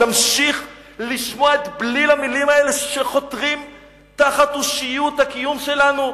נמשיך לשמוע את בליל המלים האלה שחותרות תחת אושיות הקיום שלנו,